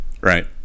right